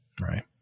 right